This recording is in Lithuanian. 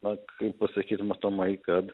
na kaip pasakyt matomai kad